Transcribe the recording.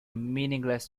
meaningless